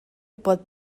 pot